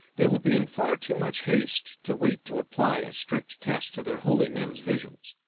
they will be in far too much haste, to wait to apply a strict test to their holy men's visions.